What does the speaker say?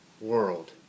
world